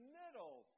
middle